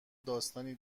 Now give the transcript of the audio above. داستانی